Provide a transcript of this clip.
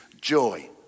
joy